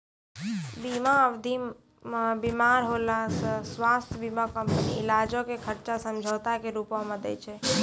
बीमा अवधि मे बीमार होला से स्वास्थ्य बीमा कंपनी इलाजो के खर्चा समझौता के रूपो मे दै छै